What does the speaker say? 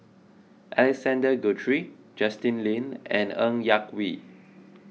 Alexander Guthrie Justin Lean and Ng Yak Whee